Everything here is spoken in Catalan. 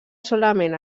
solament